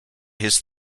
his